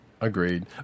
agreed